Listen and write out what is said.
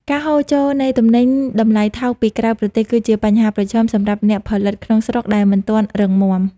ការហូរចូលនៃទំនិញតម្លៃថោកពីក្រៅប្រទេស គឺជាបញ្ហាប្រឈមសម្រាប់អ្នកផលិតក្នុងស្រុកដែលមិនទាន់រឹងមាំ។